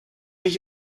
ich